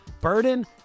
Burden